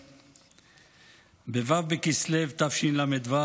בו' בכסלו תשל"ו,